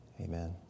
Amen